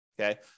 Okay